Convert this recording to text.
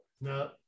no